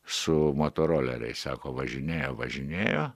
su motoroleriais sako važinėjo važinėjo